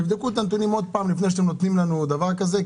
תבדקו את הנתונים עוד פעם לפני שאתם נותנים לנו דבר כזה,